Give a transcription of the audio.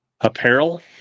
Apparel